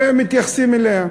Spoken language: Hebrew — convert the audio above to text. ומתייחסים אליה,